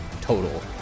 total